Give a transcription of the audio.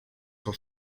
for